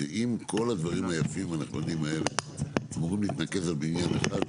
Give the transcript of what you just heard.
שאם כל הדברים היפים והנכונים האלה אמורים להתנקז על בניין אחד,